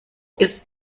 ist